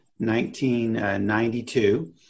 1992